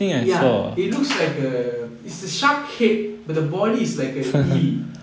ya it looks like a it's a shark head but the body is like a eel